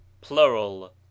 Plural